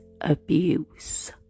abuse